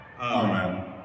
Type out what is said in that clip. Amen